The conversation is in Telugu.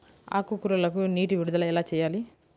ఆకుకూరలకు నీటి విడుదల ఎలా చేయాలి?